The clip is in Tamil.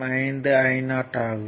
5 Io ஆகும்